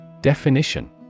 Definition